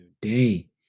day